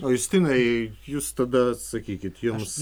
o justinai jūs tada sakykit jums